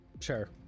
Sure